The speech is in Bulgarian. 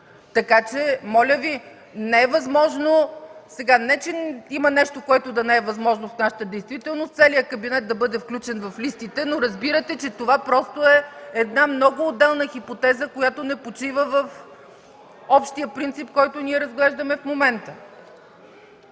Така че, моля Ви, не че има нещо, което да не е възможно в нашата действителност – целият кабинет да бъде включен в листите, но, разбирате, че това е една много отделна хипотеза, която не почива на общия принцип, който разглеждаме в момента.